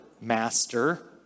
Master